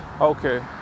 Okay